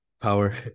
power